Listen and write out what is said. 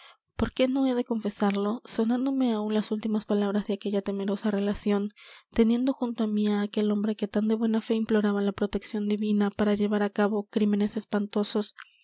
por qué no he de confesarlo sonándome aún las últimas palabras de aquella temerosa relación teniendo junto á mí á aquel hombre que tan de buena fe imploraba la protección divina para llevar á cabo crímenes espantosos